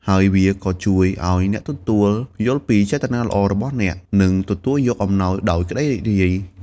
ហើយវាក៏ជួយឲ្យអ្នកទទួល យល់ពីចេតនាល្អរបស់អ្នក និងទទួលយកអំណោយដោយក្ដីរីករាយ។